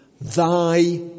thy